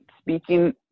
speaking